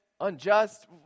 unjust